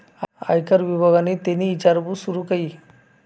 आयकर विभागनि तेनी ईचारपूस सूरू कई